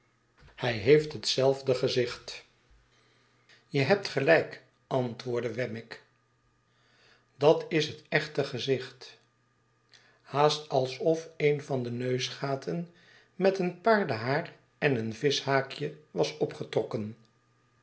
hij heefthetzelfde gezicht je hebt gelijk antwoordde wemmick dat is het echte gezicht haast alsof een van de neusgaten met een paardenhaar en een vischhaakje was opgetrokken